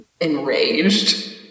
enraged